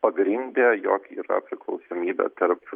pagrindė jog yra priklausomybė tarp